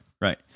Right